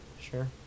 Sure